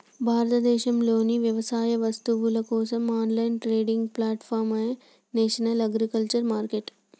భారతదేశంలోని వ్యవసాయ వస్తువుల కోసం ఆన్లైన్ ట్రేడింగ్ ప్లాట్ఫారమే నేషనల్ అగ్రికల్చర్ మార్కెట్